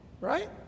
Right